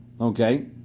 okay